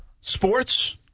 sports